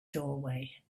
doorway